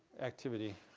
activity.